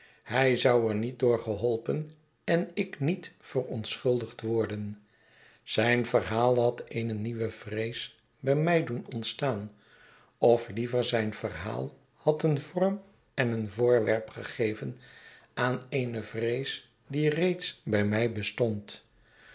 hij zou er niet door geholpen en ik niet verontschuldigd worden zijn verhaal had eene nieuwe vreesbij mij doen ontstaan of liever zijn verhaal had een vorm en een voorwerp gegeven aan eene vrees die reeds bij mij bestond